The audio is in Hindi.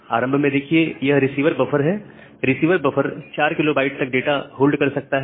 आरंभ में देखिए यह रिसीवर बफर है रिसीवर बफर 4 KB तक डाटा होल्ड कर सकता है